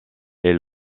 est